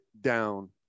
down